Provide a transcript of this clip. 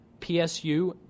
PSU